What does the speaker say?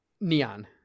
neon